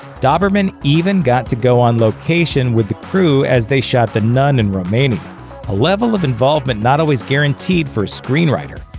dauberman even got to go on location with the crew as they shot the nun in romania a level of involvement not always guaranteed for a screenwriter.